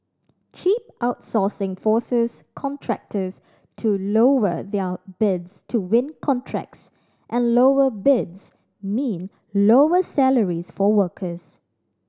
cheap outsourcing forces contractors to lower their bids to win contracts and lower bids mean lower salaries for workers